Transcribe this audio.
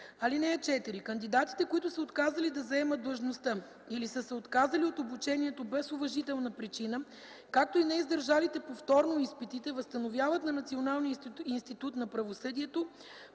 ал. 7. (4) Кандидатите, които са отказали да заемат длъжността или са се отказали от обучението без уважителна причина, както и неиздържалите повторно изпитите, възстановяват на Националния институт на правосъдието